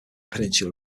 peninsula